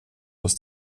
was